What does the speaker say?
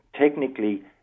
technically